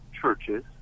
Churches